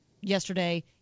yesterday